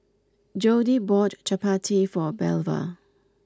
Jodie bought Chapati for Belva